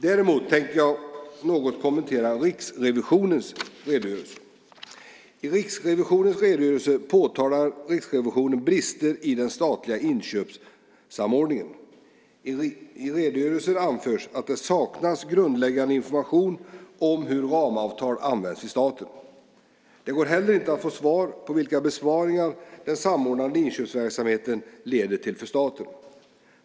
Däremot tänker jag något kommentera Riksrevisionens redogörelse. I Riksrevisionens redogörelse påtalar Riksrevisionen brister i den statliga inköpssamordningen. I redogörelsen anförs att det saknas grundläggande information om hur ramavtal används i staten. Det går heller inte att få svar på vilka besparingar den samordnade inköpsverksamheten leder till för staten.